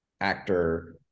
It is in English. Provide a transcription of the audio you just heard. actor